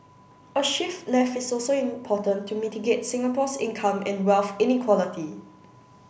a shift left is also important to mitigate Singapore's income and wealth inequality